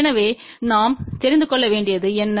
எனவே நாம் தெரிந்து கொள்ள வேண்டியது என்ன